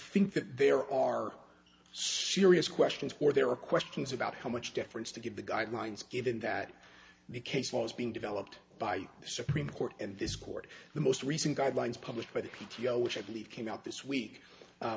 think that there are serious questions or there are questions about how much difference to give the guidelines given that the case law is being developed by the supreme court and this court the most recent guidelines published by the p t o which i believe came out this week